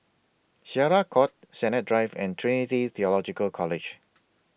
Syariah Court Sennett Drive and Trinity Theological College